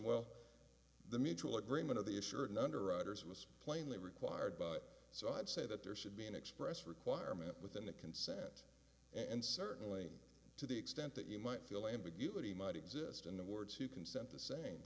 well the mutual agreement of the assured underwriters was plainly required by so i'd say that there should be an express requirement within that consent and certainly to the extent that you might feel ambiguity might exist in the words you consent the same